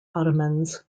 ottomans